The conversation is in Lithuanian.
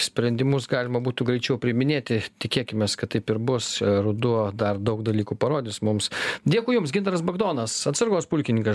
sprendimus galima būtų greičiau priiminėti tikėkimės kad taip ir bus ruduo dar daug dalykų parodys mums dėkui jums gintaras bagdonas atsargos pulkininkas